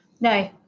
no